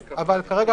כרגע,